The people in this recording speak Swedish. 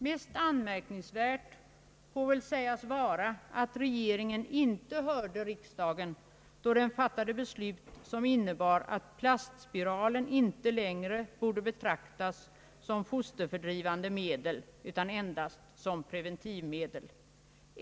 Mest anmärkningsvärt får väl sägas vara att regeringen inte hört riksdagen då den fattade beslut, som innebar att plastspiral inte längre borde betraktas som fosterfördrivande medel utan endast som ett preventivmedel.